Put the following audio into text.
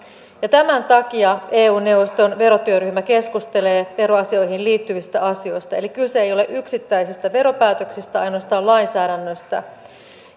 ja tämän takia eu neuvoston verotyöryhmä keskustelee veroasioihin liittyvistä asioista eli kyse ei ole yksittäisistä veropäätöksistä ainoastaan lainsäädännöstä